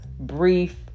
Brief